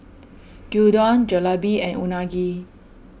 Gyudon Jalebi and Unagi